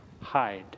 hide